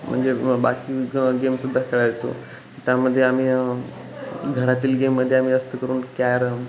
म्हणजे ब बाकी ग गेमसुद्धा खेळायचो त्यामध्ये आम्ही घरातील गेममध्ये आम्ही जास्त करून कॅरम